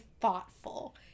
thoughtful